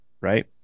right